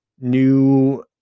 new